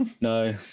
No